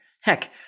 Heck